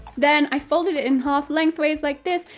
then, i folded it in half, length-ways, like this,